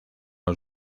los